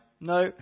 No